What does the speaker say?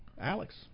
Alex